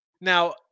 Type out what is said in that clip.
Now